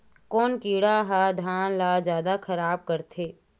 कोन कीड़ा ह धान ल जादा खराब करथे?